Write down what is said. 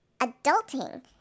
adulting